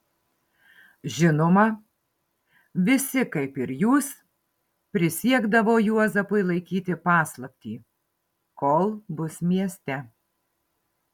žinoma visi kaip ir jūs prisiekdavo juozapui laikyti paslaptį kol bus mieste